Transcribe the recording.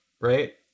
right